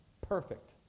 Perfect